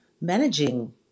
managing